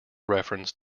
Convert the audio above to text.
reference